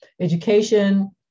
education